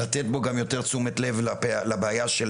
לתת בו גם יותר תשומת לב לבעיה של